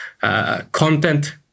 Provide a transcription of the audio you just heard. content